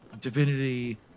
divinity